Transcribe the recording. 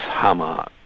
hama,